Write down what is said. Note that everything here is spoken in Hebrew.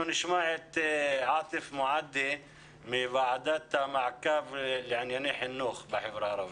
אנחנו נשמע את עאטף מועדי מוועדת המעקב לענייני חינוך בחברה הערבית.